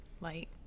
light